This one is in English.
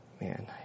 Man